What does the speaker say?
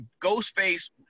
Ghostface